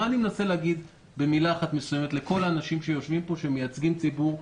מה אני מנסה להגיד לכל האנשים שיושבים פה שמייצגים ציבור,